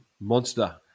monster